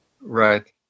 Right